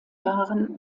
jahren